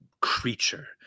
creature